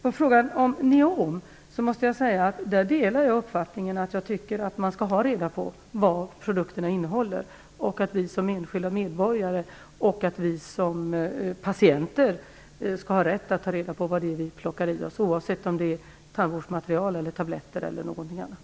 I fråga om NEOM delar jag uppfattningen att man skall ha reda på vad produkterna innehåller och att vi som enskilda medborgare och som patienter skall ha rätt att ta reda på vad vi plockar i oss, oavsett om det är tandvårdsmaterial, tabletter eller någonting annat.